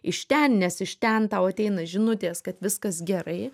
iš ten nes iš ten tau ateina žinutės kad viskas gerai